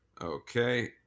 Okay